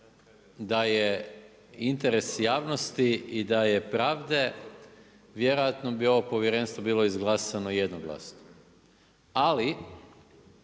da je interes javnosti i da je pravde vjerojatno bi ovo povjerenstvo bilo izglasano jednoglasno. Ali